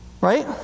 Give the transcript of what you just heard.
right